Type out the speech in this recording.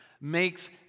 makes